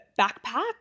backpack